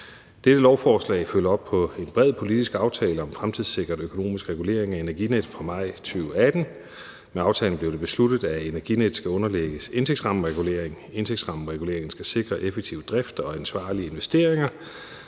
Dette lovforslag følger op på en bred politisk aftale fra maj 2018 om at fremtidssikre den økonomiske regulering af Energinet. Med aftalen blev det besluttet, at Energinet skal underlægges en indtægtsrammeregulering. Indtægtsrammereguleringen skal sikre en effektiv drift og ansvarlige investeringer,